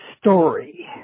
story